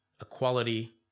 equality